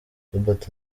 robert